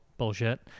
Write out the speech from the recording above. bullshit